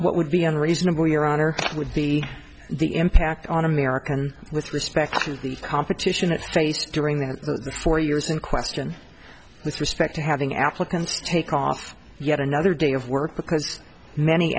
what would be unreasonable your honor would be the impact on american with respect to the competition it states during that four years in question with respect to having applicants take off yet another day of work because many